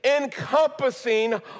encompassing